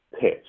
pitch